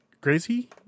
crazy